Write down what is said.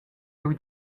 lur